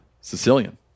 Sicilian